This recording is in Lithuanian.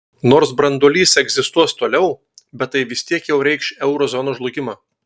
nors branduolys egzistuos toliau bet tai vis tiek jau reikš euro zonos žlugimą